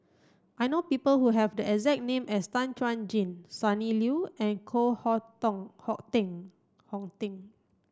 I know people who have the exact name as Tan Chuan Jin Sonny Liew and Koh Hong Teng